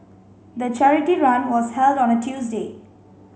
the charity run was held on a Tuesday